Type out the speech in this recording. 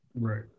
Right